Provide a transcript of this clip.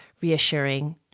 reassuring